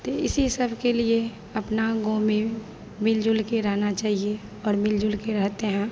तो इसी सबके लिए अपना गाँव में मिलजुल के रहना चाहिए और मिलजुल के रहते हैं